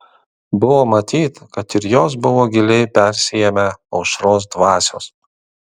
buvo matyt kad ir jos buvo giliai persiėmę aušros dvasios